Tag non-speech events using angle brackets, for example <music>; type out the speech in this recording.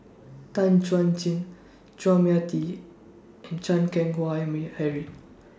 Tan Chuan Jin Chua Mia Tee and Chan Keng Howe <unintelligible> Harry